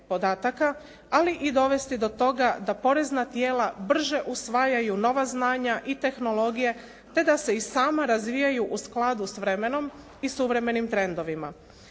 ali i dovesti do toga da porezna tijela brže usvajaju nova znanja i tehnologije te da se i sama razvijaju u skladu sa vremenom i suvremenim trendovima.